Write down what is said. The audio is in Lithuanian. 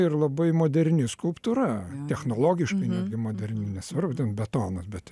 ir labai moderni skulptūra technologiškai moderni nesvarbu ten betonas bet